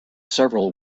several